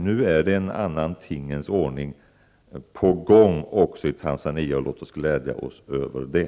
Nu är en annan tingens ordning på gång också i Tanzania. Låt oss glädjas över det!